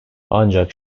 ancak